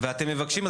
ואתם מבקשים,